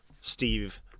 steve